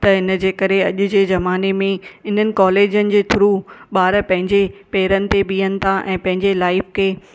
त इनजे करे अॼु जे ज़माने में इन्हनि कॉलेजनि जे थ्रू ॿार पंहिंजे पैरनि ते बीहनि था ऐं पंहिंजे लाइफ़ खे